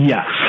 Yes